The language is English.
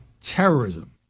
terrorism